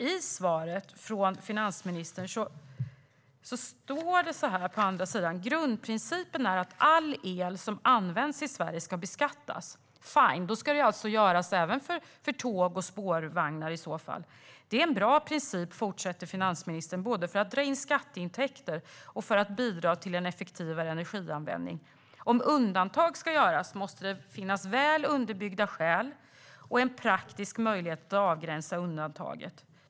I svaret säger finansministern: Grundprincipen är att all el som används i Sverige ska beskattas. Fine! I så fall ska den alltså omfatta även tåg och spårvagnar. Det är en bra princip, fortsätter finansministern, både för att dra in skatteintäkter och för att bidra till en effektivare energianvändning. Om undantag ska göras måste det finnas väl underbyggda skäl och en praktisk möjlighet att avgränsa undantaget.